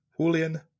Julian